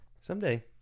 Someday